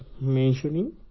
mentioning